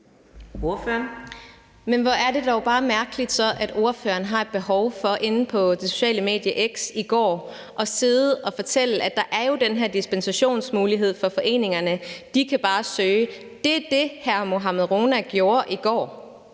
Men hvor er det dog så bare mærkeligt, at ordføreren havde et behov for i går at sidde inde på det sociale medie X og fortælle, at der jo er den her dispensationsmulighed for foreningerne. De kan bare søge om det. Det var det, hr. Mohammad Rona gjorde i går.